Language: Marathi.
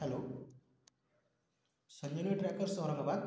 hello Sanjivani trekkers Aurangabad